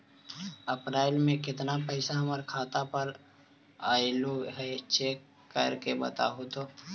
अप्रैल में केतना पैसा हमर खाता पर अएलो है चेक कर के बताहू तो?